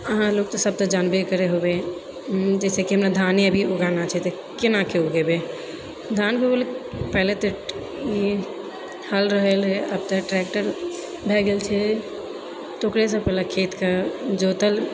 अहाँ लोग तऽ सब तऽ जानबे करैत होबै जैसे कि हमरा धाने अभी उगाना छै तऽ केनाके उगेबै धानके उगबै लअ पहिले तऽ ई हल रहल रहै तब ट्रेक्टर भए गेल छै तऽ ओकरे सँ पहिले खेतकेँ जोतल